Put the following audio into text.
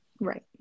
Right